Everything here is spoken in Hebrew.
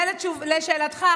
זה לשאלתך,